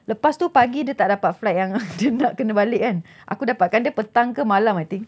lepas tu pagi dia tak dapat flight yang dia nak kena balik kan aku dapatkan dia petang ke malam I think